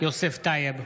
יוסף טייב,